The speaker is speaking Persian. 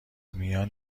میان